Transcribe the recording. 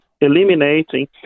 eliminating